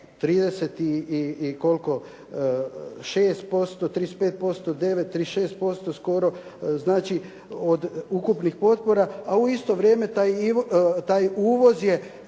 6%, 35%, 9, 36% skoro znači od ukupnih potpora, a u isto vrijeme taj uvoz je